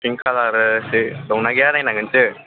pink कलारसो दंना गैया नायनांगोनसो